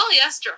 Polyester